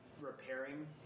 repairing